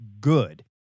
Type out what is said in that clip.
good